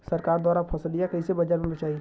सरकार द्वारा फसलिया कईसे बाजार में बेचाई?